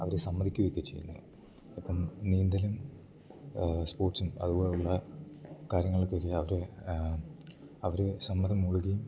അവര് സമ്മദിക്കുവൊക്കെ ചെയ്യുന്നു അപ്പം നീന്തലും സ്പോട്സ്സും അതുപോലുള്ള കാര്യങ്ങൾക്കെക്കെ അവര് അവര് സമ്മദം മൂള്കേം